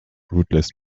rootless